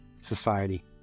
society